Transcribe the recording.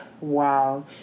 wow